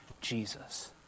Jesus